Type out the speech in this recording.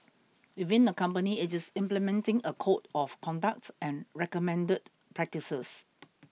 within the company it is implementing a code of conduct and recommended practices